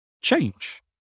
change